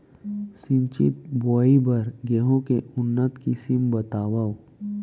सिंचित बोआई बर गेहूँ के उन्नत किसिम बतावव?